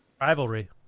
Rivalry